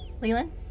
Leland